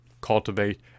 cultivate